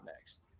next